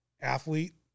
athlete